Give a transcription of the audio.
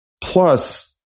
Plus